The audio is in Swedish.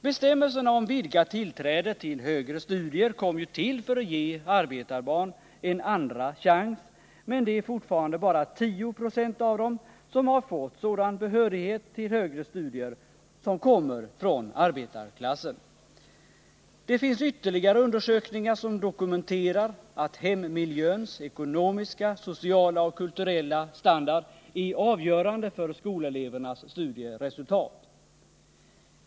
Bestämmelserna om vidgat tillträde till högre studier kom ju till för att ge arbetarbarnen en andra chans, men det är fortfarande bara 10 96 av dem som har fått sådan behörighet till högre studier som kommer: från arbetarklassen. - Det finns ytterligare undersökningar som dokumenterar att hemmiljöns ekonomiska, sociala och kulturella standard är avgörande för skolelevernas studieresultat.